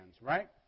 right